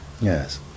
Yes